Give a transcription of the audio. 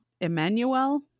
Emmanuel